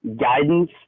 guidance